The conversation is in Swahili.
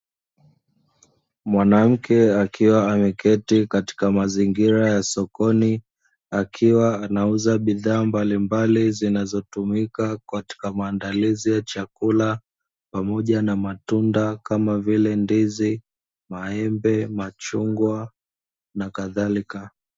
Mwanamke akiwa ameketi katika mazingira ya sokoni, akiwa anauza bidhaa mbalimbali zinazotumika katika maandalizi ya chakula pamoja na matunda kama vile: ndizi, maembe, machungwa na kadhalika.